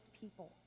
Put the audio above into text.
people